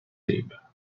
asleep